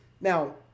Now